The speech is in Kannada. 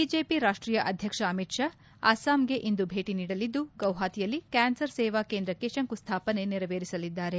ಬಿಜೆಪಿ ರಾಷ್ಟೀಯ ಅಧ್ಯಕ್ಷ ಅಮಿತ್ ಷಾ ಅಸ್ಲಾಂಗೆ ಇಂದು ಭೇಟಿ ನೀಡಲಿದ್ದು ಗೌಹಾತಿಯಲ್ಲಿ ಕಾನ್ಸರ್ ಸೇವಾ ಕೇಂದ್ರಕ್ಕೆ ಶಂಕುಸ್ಥಾಪನೆ ನೆರವೇರಿಸದ್ದಾರೆ